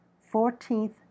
Fourteenth